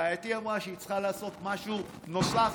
רעייתי אמרה שהיא צריכה לעשות משהו נוסף